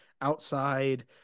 outside